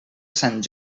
sant